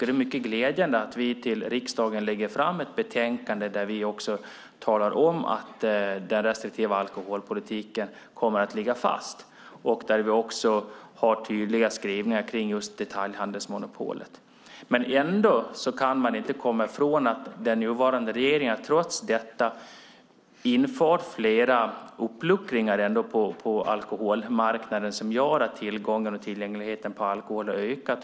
Det är mycket glädjande att vi till riksdagen lägger fram ett betänkande där vi talar om att den restriktiva alkoholpolitiken kommer att ligga fast. Vi har också tydliga skrivningar om just detaljhandelsmonopolet. Ändå kan man inte komma ifrån att den nuvarande regeringen trots detta inför flera uppluckringar på alkoholmarknaden som gör att tillgången och tillgängligheten på alkohol har ökat.